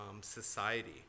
Society